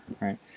right